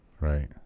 right